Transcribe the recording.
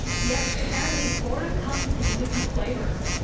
yes, apparently boredom comes in different flavours,